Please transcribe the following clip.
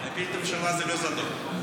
להפיל את הממשלה זה לא זדון.